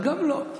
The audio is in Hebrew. אז גם לו.